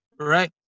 right